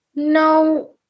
No